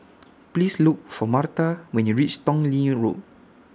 Please Look For Marta when YOU REACH Tong Lee Road